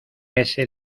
ese